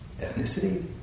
ethnicity